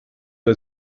der